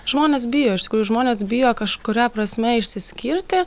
žmonės bijo iš tikrųjų žmonės bijo kažkuria prasme išsiskirti